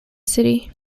city